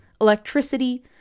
electricity